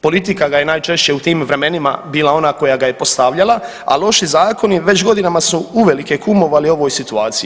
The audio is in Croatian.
Politika ga je najčešće u tim vremenima bila ona koja ga je postavljala, a loši zakoni već godinama su uvelike kumovali ovoj situaciji.